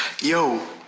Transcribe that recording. Yo